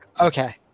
Okay